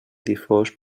difós